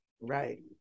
Right